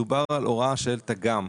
מדובר על הוראה של תג"מ,